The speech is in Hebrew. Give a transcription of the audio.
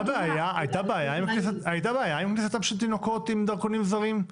הייתה בעיה עם כניסתם של תינוקות עם דרכונים זרים?